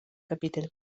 capitell